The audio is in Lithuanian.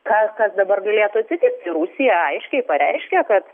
ką kas dabar galėtų atsitikti rusija aiškiai pareiškia kad